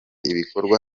ibikorwa